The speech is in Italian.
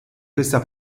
questa